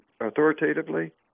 authoritatively